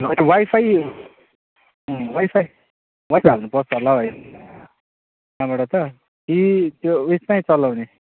होइन वाइफाई अँ wifi wifi हाल्नुपर्छ होला भाइ त्यहाँबाट त कि त्यो उइसमै चलाउने